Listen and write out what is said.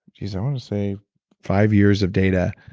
geez, i want to say five years of data,